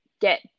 get